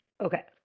okay